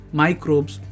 microbes